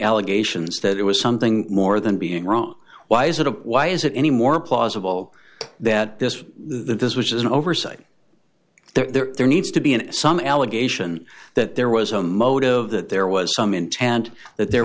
allegations that it was something more than being wrong why is it a why is it any more plausible that this this which is an oversight there needs to be an some allegation that there was a motive that there was some intent that there